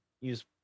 use